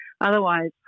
Otherwise